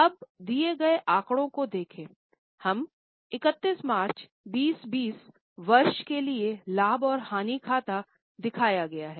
अब दिए गए आंकड़ों को देखें हमें 31 मार्च 2020 वर्ष के लिए लाभ और हानि खाता दिया गया है